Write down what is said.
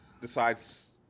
decides